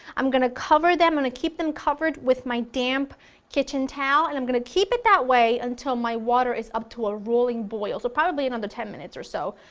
i'm going to cover them, i'm going to keep them covered with my damp kitchen towel and i'm going to keep it that way until my water is up to a rolling boil, so probably another ten minutes or so,